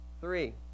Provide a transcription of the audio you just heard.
Three